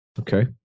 Okay